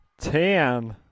Ten